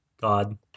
God